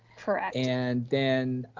correct. and then